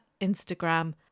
Instagram